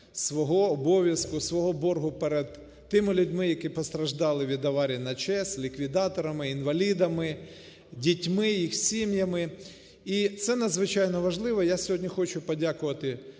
свого обов'язку, свого боргу перед тими людьми, які постраждали від аварії на ЧАЕС, ліквідаторами, інвалідами, дітьми, їх сім'ями. І це надзвичайно важливо. Я сьогодні хочу подякувати